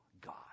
God